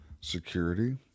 security